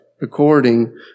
according